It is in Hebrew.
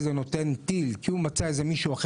אחרי זה הוא נותן טיל כי הוא מצא מישהו יותר